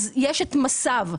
יש את מס"ב,